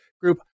group